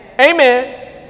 Amen